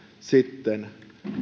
sitten